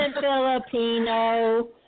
Filipino